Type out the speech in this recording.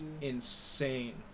insane